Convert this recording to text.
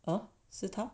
啊是他